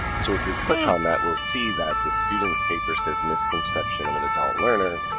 so if we click on that, we'll see that the student's paper says misconceptions of an adult learner,